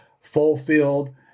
fulfilled